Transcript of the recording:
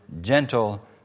gentle